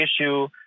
issue